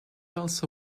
also